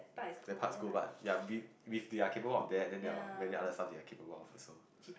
that part is cool but they are if they are capable of that then there are many other stuff they are capable about also